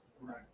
right